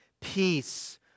peace